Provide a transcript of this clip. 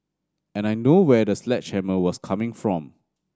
and I know where the sledgehammer was coming from